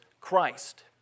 Christ